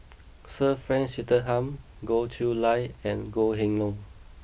Sir Frank Swettenham Goh Chiew Lye and Goh Kheng Long